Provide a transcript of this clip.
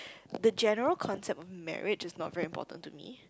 the general concept of marriage is not very important to me